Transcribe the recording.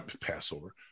Passover